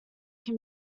can